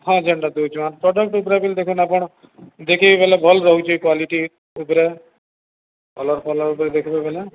ହଁ ଯେନ୍ଟା ଦଉଚୁ ପ୍ରଡ଼କ୍ଟ ଉପରେ ବୋଲି ଦେଖନ୍ତୁ ଆପଣ ଦେଖିବ ବଲେ ଭଲ୍ ରହୁଚି କ୍ୱାଲିଟି ଉପରେ କଲର୍ ଫଲର୍ ଉପରେ ଦେଖିବେ ବଲେ